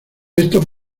esto